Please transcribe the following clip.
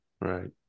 Right